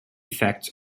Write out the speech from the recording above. effects